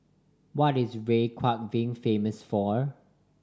what is Reykjavik famous for